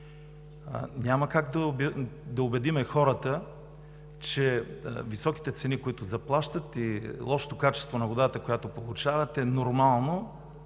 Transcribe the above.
Няма как да убедим хората, че високите цени, които заплащат, и лошото качество на водата, която получават, е нормално,